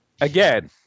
Again